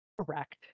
Correct